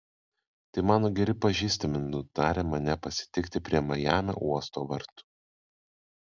tai mano geri pažįstami nutarė mane pasitikti prie majamio uosto vartų